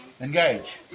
engage